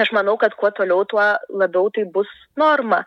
aš manau kad kuo toliau tuo labiau tai bus norma